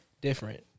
Different